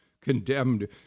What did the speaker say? condemned